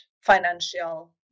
financial